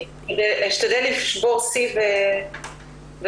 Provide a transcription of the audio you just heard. אני אשתדל לשבור שיא בפחות.